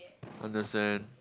understand